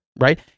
right